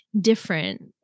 different